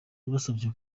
yabasabye